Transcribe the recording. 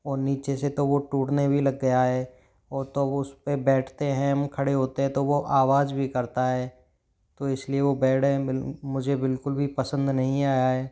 और नीचे से तो वो टूटने भी लग गया है और तो उसपे बैठते हैं हम खड़े होते हैं तो वो आवाज़ भी करता है तो इसलिए वो बैड है मुझे बिल्कुल भी पसंद नहीं आया है